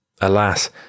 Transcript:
Alas